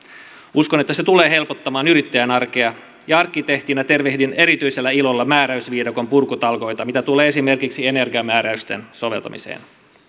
uskon että se tulee helpottamaan yrittäjän arkea ja arkkitehtina tervehdin erityisellä ilolla määräysviidakon purkutalkoita mitä tulee esimerkiksi energiamääräysten soveltamiseen